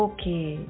Okay